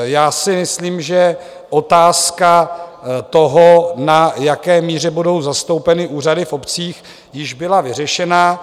Já si myslím, že otázka toho, na jaké míře budou zastoupeny úřady v obcích, již byla vyřešena.